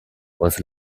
was